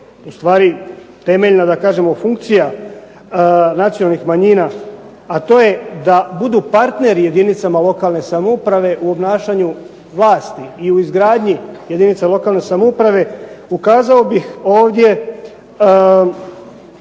ustvari temeljna funkcija nacionalnih manjina, a to je da budu partneri jedinicama lokalne samouprave u obnašanju vlasti i u izgradnji jedinica lokalne samouprave. Ukazao bih ovdje